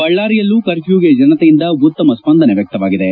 ಬಳ್ದಾರಿಯಲ್ಲೂ ಕರ್ಫ್ಯೂಗೆ ಜನತೆಯಿಂದ ಉತ್ತಮ ಸ್ಪಂದನೆ ವ್ಯಕ್ತವಾಗಿದೆ